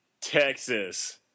Texas